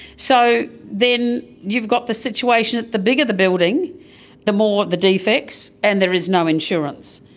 so then you've got the situation that the bigger the building the more the defects and there is no insurance,